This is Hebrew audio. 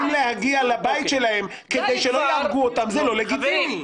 להגיע לבית שלהם כדי שלא יהרגו אותם זה לא לגיטימי.